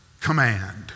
command